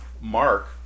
Mark